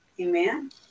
Amen